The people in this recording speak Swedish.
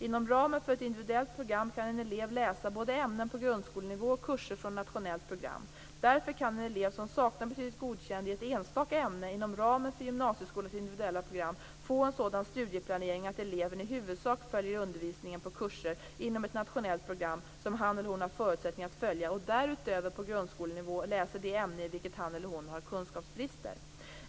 Inom ramen för ett individuellt program kan en elev läsa både ämnen på grundskolenivå och kurser från nationella program. Därför kan en elev som saknar betyget Godkänd i ett enstaka ämne inom ramen för gymnasieskolans individuella program få en sådan studieplanering att eleven i huvudsak följer undervisningen på kurser inom ett nationellt program som han eller hon har förutsättningar att följa och därutöver på grundskolenivå läser det ämne i vilket han eller hon har kunskapsbrister.